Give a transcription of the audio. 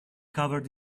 covered